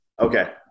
okay